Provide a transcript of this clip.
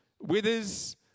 withers